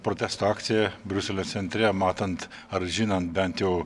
protesto akcija briuselio centre matant ar žinant bent jau